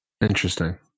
interesting